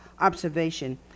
observation